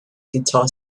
guitar